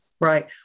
Right